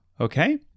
Okay